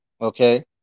Okay